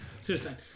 suicide